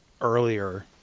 earlier